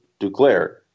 Duclair